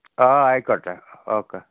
ആ ആയിക്കോട്ടെ ഓക്കെ